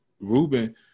Ruben